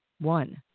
one